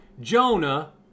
Jonah